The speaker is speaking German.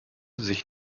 sich